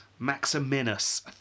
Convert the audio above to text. Maximinus